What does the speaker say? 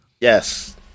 Yes